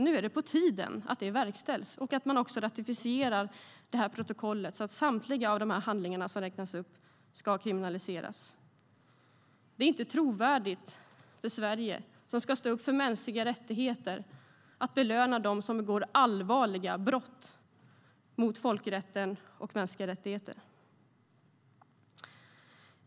Nu är det på tiden att det verkställs och att man också ratificerar det här protokollet så att samtliga dessa handlingar som räknas upp ska kriminaliseras. Det är inte trovärdigt för Sverige, som ska stå upp för mänskliga rättigheter, att belöna dem som begår allvarliga brott mot folkrätten och mänskliga rättigheter.